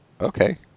Okay